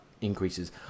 increases